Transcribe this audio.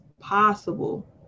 possible